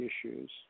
issues